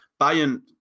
Bayern